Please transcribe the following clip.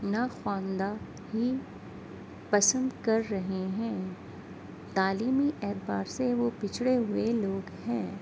ناخواندہ ہی پسند کر رہے ہیں تعلیمی اعتبار سے وہ پچھڑے ہوئے لوگ ہیں